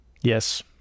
Yes